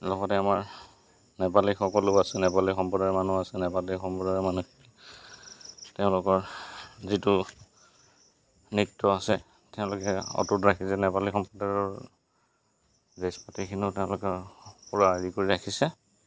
লগতে আমাৰ নেপালী সকলো আছে নেপালী সম্প্ৰদায়ৰ মানুহ আছে নেপালী সম্প্ৰদায়ৰ মানুহ তেওঁলোকৰ যিটো নৃত্য আছে তেওঁলোকে অটুট ৰাখিছে নেপালী সম্প্ৰদায়ৰৰ ড্ৰছ পাতিখিনিও তেওঁলোকে পূৰা হেৰি কৰি ৰাখিছে